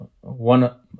one